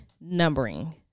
numbering